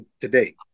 today